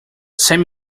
same